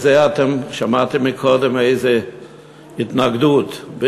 שמעתם קודם איזו התנגדות יש לכך.